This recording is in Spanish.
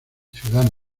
ciudad